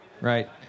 right